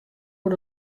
oer